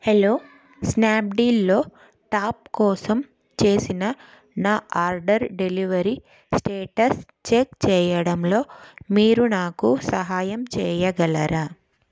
hello స్నాప్డీల్లో top కోసం చేసిన నా ఆర్డర్ డెలివరీ స్టేటస్ చెక్ చేయడంలో మీరు నాకు సహాయం చేయగలరా